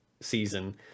season